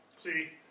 See